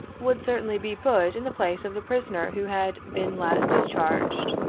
would certainly be put in the place of the prisoner who had been last discharged,